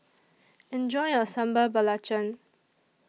Enjoy your Sambal Belacan